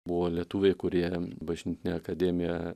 buvo lietuviai kurie bažnytinę akademiją